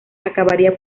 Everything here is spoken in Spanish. acabaría